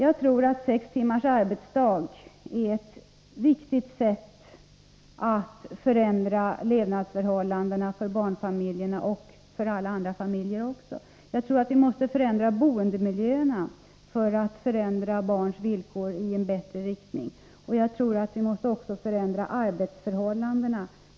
Att införa sex timmars arbetsdag vore enligt min mening ett viktigt steg i den riktningen. Vi måste också förändra boendemiljöerna. För att barnfamiljerna skall få det bättre måste vi dessutom förändra arbetsförhållandena.